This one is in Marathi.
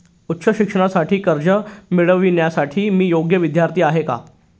उच्च शिक्षणासाठी कर्ज मिळविण्यासाठी मी योग्य विद्यार्थी आहे का?